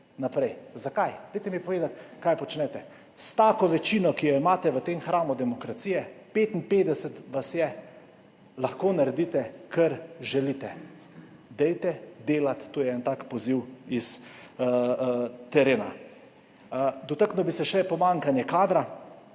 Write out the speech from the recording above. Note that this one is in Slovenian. naprej? Zakaj? Dajte mi povedati, kaj počnete s tako večino, ki jo imate v tem hramu demokracije? 55 vas je, lahko naredite, kar želite. Delajte! To je en tak poziv s terena. Dotaknil bi se še pomanjkanja kadra.